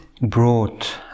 brought